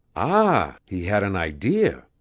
ah, he had an idea!